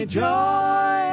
joy